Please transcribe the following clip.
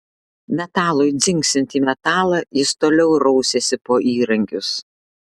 metalui dzingsint į metalą jis toliau rausėsi po įrankius